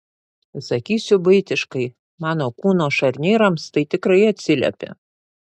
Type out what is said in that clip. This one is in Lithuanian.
pasakysiu buitiškai mano kūno šarnyrams tai tikrai atsiliepia